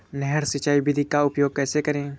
नहर सिंचाई विधि का उपयोग कैसे करें?